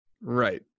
right